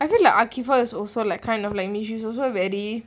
I feel like archifact is also like kind of like me she's also very